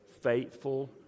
Faithful